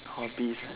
hobbies